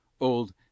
Old